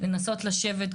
לנסות לשבת,